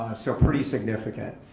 so pretty significant.